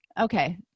okay